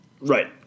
Right